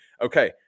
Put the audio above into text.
okay